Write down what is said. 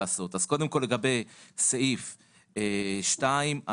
קודם כל לגבי סעיף 2,